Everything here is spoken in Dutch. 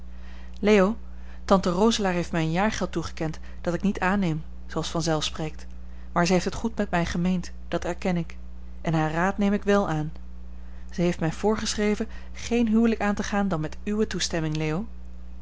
leo tante roselaer heeft mij een jaargeld toegekend dat ik niet aanneem zooals vanzelf spreekt maar zij heeft het goed met mij gemeend dat erken ik en haar raad neem ik wèl aan zij heeft mij voorgeschreven geen huwelijk aan te gaan dan met uwe toestemming leo